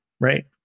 Right